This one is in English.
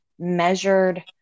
measured